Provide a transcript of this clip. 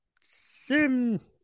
sim